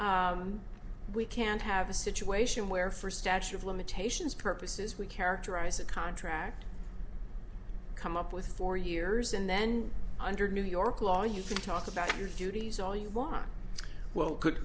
we can't have a situation where for statute of limitations purposes we characterize a contract come up with four years and then under new york law you talk about your duties all you want well could